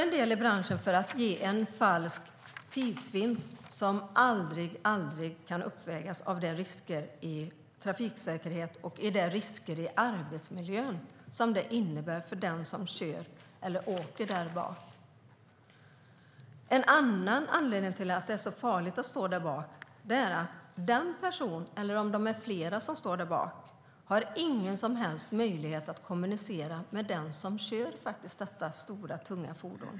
En del i branschen gör det för att ge en falsk tidsvinst som aldrig kan uppvägas av de risker i trafiksäkerhet och i arbetsmiljö som det innebär för den som kör eller åker därbak. En annan anledning till att det är farligt att stå därbak är att den eller de som står där inte har någon möjlighet att kommunicera med den som kör detta stora, tunga fordon.